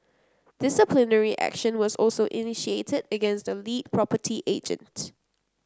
disciplinary action was also initiated against the lead property agent